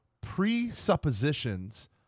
presuppositions